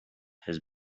his